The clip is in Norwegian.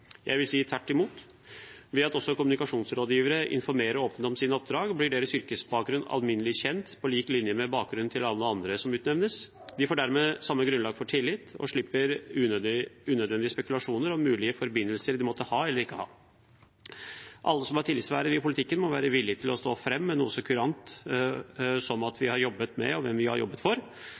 Jeg vil si tvert imot. Ved at også kommunikasjonsrådgivere informerer åpent om sine oppdrag, blir deres yrkesbakgrunn alminnelig kjent, på lik linje med bakgrunnen til alle andre som utnevnes. De får dermed samme grunnlag for tillit og slipper unødvendige spekulasjoner om mulige forbindelser de måtte ha eller ikke ha. Alle som har tillitsverv i politikken, må være villige til å stå fram med noe så kurant som hva vi har jobbet med, og hvem vi har jobbet for.